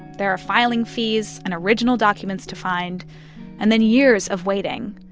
there are filing fees and original documents to find and then years of waiting,